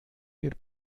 wir